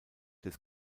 des